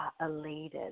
elated